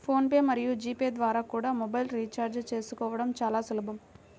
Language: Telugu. ఫోన్ పే మరియు జీ పే ద్వారా కూడా మొబైల్ రీఛార్జి చేసుకోవడం చాలా సులభం